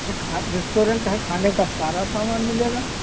खा रेस्टोरेंट है खाने का सारा सामान मिलेगा